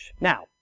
Now